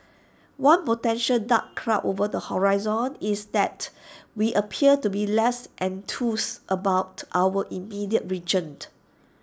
one potential dark cloud over the horizon is that we appear to be less enthused about our immediate region